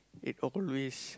it always